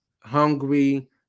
hungry